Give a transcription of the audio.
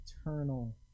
eternal